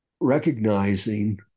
recognizing